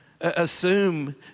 Assume